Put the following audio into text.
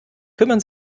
kümmern